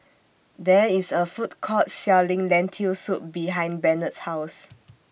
There IS A Food Court Selling Lentil Soup behind Bennett's House